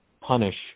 punish